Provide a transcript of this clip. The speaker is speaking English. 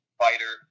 fighter